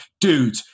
dude